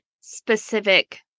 specific